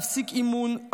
להפסיק אימון,